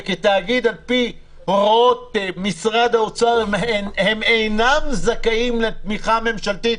וכתאגיד לפי הוראות משרד האוצר הם אינם זכאים לתמיכה ממשלתית.